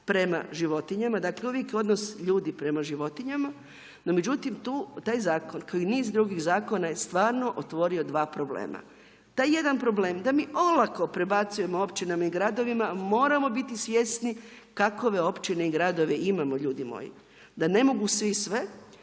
prema životinja. Dakle, uvijek je odnos ljudi prema životinjama. No, međutim, taj zakon, ko i niz drugih zakona je stvarno otvorio 2 problema. Taj jedan problem, da mi olako prebacujemo općinama i gradovima, moramo biti svjesni kakove općine i gradove imamo, ljudi moji. Da ne mogu svi sve.